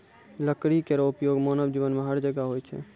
लकड़ी केरो उपयोग मानव जीवन में हर जगह होय छै